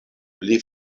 pli